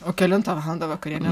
o kelintą valandą vakarienė